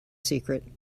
secret